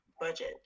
budget